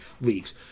leagues